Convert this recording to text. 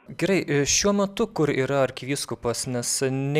gerai šiuo metu kur yra arkivyskupas nes neina niekaip su juo